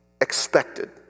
expected